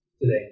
today